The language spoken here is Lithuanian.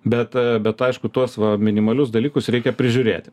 bet bet aišku tuos minimalius dalykus reikia prižiūrėti